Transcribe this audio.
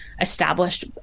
established